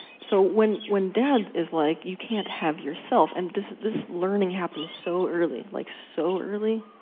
so when when dad is like, you can't have yourself, and this learning happens so early, like so early,